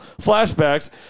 flashbacks